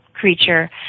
creature